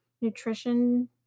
nutrition